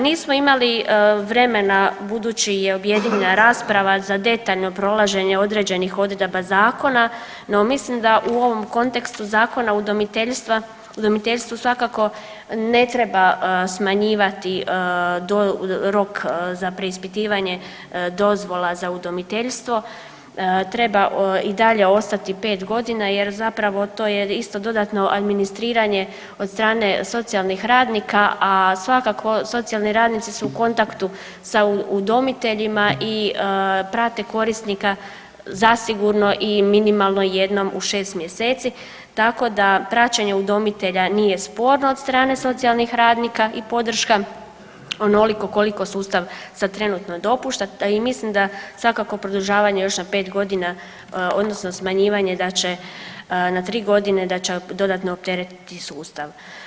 Nismo imali vremena budući je objedinjena rasprava z a detaljno prolaženje određenih odredaba zakona, no mislim da u ovom kontekstu Zakona o udomiteljstvu svakako ne treba smanjivati rok za preispitivanje dozvola za udomiteljstvo, treba i dalje ostati pet godina jer zapravo to je isto dodatno administriranje od strane socijalnih radnika, a svakako socijalni radnici su u kontaktu sa udomiteljima i prate korisnika zasigurno i minimalno jednom u šest mjeseci, tako da praćenje udomitelja nije sporno od strane socijalnih radnika i podrška onoliko koliko sustav sad trenutno dopušta, a i mislim da svakako produžavanje još na pet godina odnosno smanjivanje na tri godine da će dodatno opteretiti sustav.